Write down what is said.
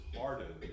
hardened